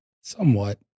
Somewhat